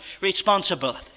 responsibility